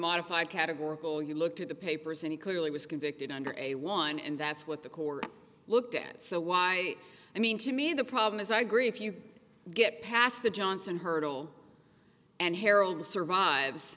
modified categorical you look to the papers and he clearly was convicted under a one and that's what the corps looked at so why i mean to me the problem is i agree if you get past the johnson hurdle and harold survives